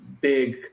big